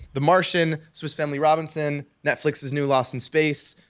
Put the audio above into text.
the martian, swiss family robinson netflix's new lawson space.